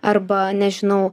arba nežinau